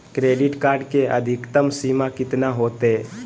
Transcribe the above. Credit card के अधिकतम सीमा कितना होते?